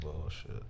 bullshit